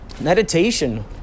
meditation